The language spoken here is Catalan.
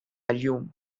llum